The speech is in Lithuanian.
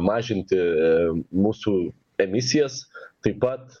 mažinti em mūsų emisijas taip pat